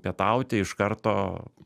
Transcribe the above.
pietauti iš karto